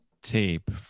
tape